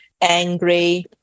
angry